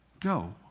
go